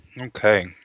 Okay